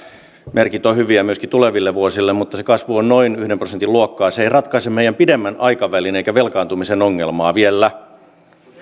merkit ovat hyviä myöskin tuleville vuosille mutta se kasvu on noin yhden prosentin luokkaa se ei ratkaise meidän pidemmän aikavälin eikä velkaantumisen ongelmaa vielä